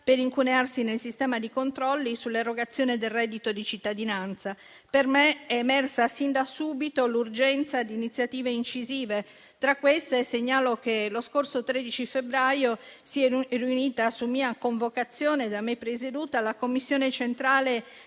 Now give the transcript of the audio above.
per incunearsi nel sistema di controlli sull'erogazione del reddito di cittadinanza. Per me è emersa sin da subito l'urgenza di iniziative incisive e tra queste segnalo che lo scorso 13 febbraio si è riunita, su mia convocazione e da me presieduta, la commissione centrale